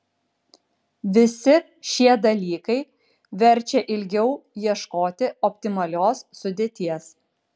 visi šie dalykai verčia ilgiau ieškoti optimalios sudėties